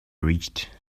reached